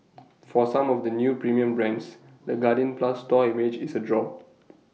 for some of the new premium brands the guardian plus store image is A draw